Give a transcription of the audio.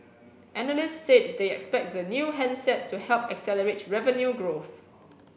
analysts said they expect the new handset to help accelerate revenue growth